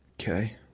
Okay